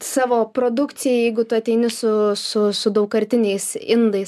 savo produkcijai jeigu tu ateini su su su daugkartiniais indais